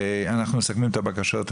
אנחנו מסכמים את הבקשות.